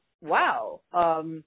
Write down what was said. Wow